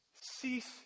Cease